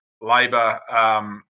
Labour